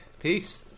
Peace